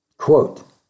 Quote